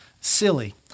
silly